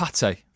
Pate